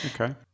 Okay